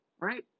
right